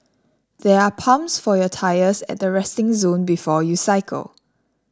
there are pumps for your tyres at the resting zone before you cycle